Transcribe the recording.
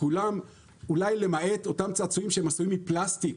אולי למעט אותם צעצועים שעשויים מפלסטיק